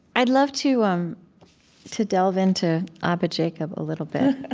i'd love to um to delve into abba jacob a little bit.